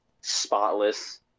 spotless